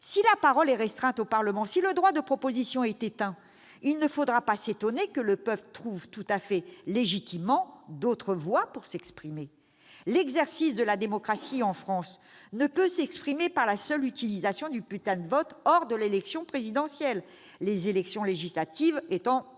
Si la parole est restreinte au Parlement, si le droit de proposition est éteint, il ne faudra pas s'étonner que le peuple trouve tout à fait légitimement d'autres voies pour s'exprimer. L'exercice de la démocratie en France ne peut être réduit à la seule utilisation du bulletin de vote hors de l'élection présidentielle, les élections législatives étant devenues